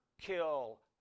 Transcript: kill